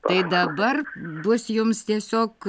tai dabar bus jums tiesiog